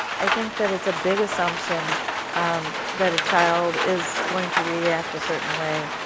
i think that it is a big assumption that a child is going to react a certain way.